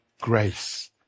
grace